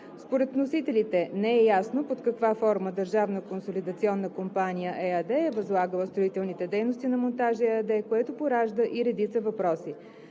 Според вносителите не е ясно под каква форма „Държавна консолидационна компания“ ЕАД е възлагала строителните дейности на „Монтажи“ ЕАД, което поражда и редица въпроси.